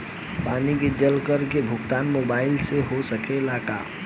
पानी के जल कर के भुगतान मोबाइल से हो सकेला का?